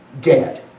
dead